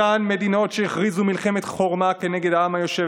אותן מדינות שהכריזו מלחמת חורמה כנגד העם היושב